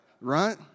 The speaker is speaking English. right